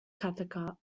cathcart